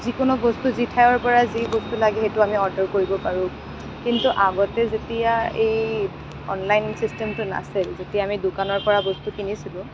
যিকোনো বস্তু যি ঠাইৰ পৰা যি বস্তু লাগে সেইটো আমি অৰ্ডাৰ কৰিব পাৰোঁ কিন্তু আগতে যেতিয়া এই অনলাইন ছিষ্টেমটো নাছিল যেতিয়া আমি দোকানৰ পৰা বস্তু কিনিছিলোঁ